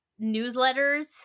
newsletters